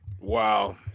Wow